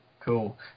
Cool